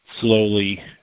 slowly